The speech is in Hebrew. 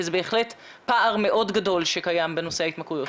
כי זה בהחלט פער מאוד גדול שקיים בנושא ההתמכרויות.